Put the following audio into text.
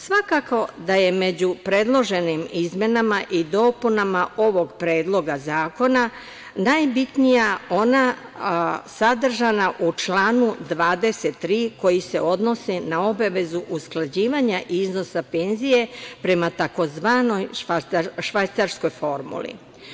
Svakako da je među predloženim izmenama i dopunama ovog Predloga zakona najbitnija ona sadržana u članu 23. koji se odnosi na obavezu usklađivanja iznosa penzije prema tzv. švajcarskoj formuli.